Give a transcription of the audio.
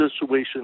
situation